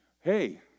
Hey